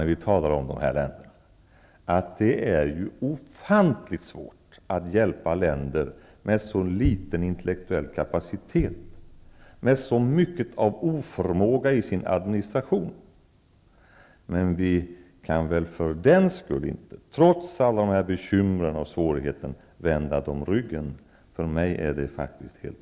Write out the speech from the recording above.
När vi talar om dessa länder får vi inte glömma att det är ofantligt svårt att hjälpa länder som har en sådan liten intellektuell kapacitet och med så mycket oförmåga i sin administration. Trots alla dessa bekymmer och svårigheter kan vi för den skull inte vända dem ryggen. För mig är det otänkbart.